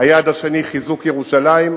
היעד השני הוא חיזוק ירושלים,